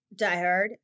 Diehard